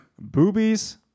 boobies